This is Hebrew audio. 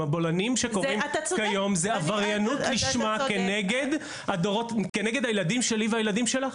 הבולענים שקורים כיום זה עבריינות לשמה כנגד הילדים שלי והילדים שלך,